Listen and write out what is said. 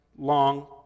long